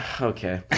Okay